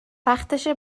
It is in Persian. وقتشه